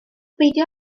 beidio